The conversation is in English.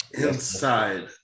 Inside